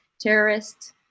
terrorists